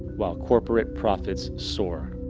while corporate profits soar.